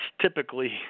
typically